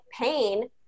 pain